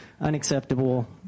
unacceptable